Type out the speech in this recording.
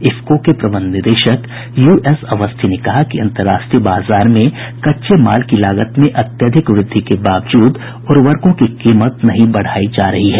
इफको के प्रबंध निदेशक यू एस अवस्थी ने कहा कि अंतरराष्ट्रीय बाजार में कच्चे माल की लागत में अत्यधिक वृद्धि के बावजूद उर्वरकों की कीमत नहीं बढ़ाई जा रही है